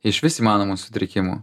išvis įmanomų sutrikimų